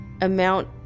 amount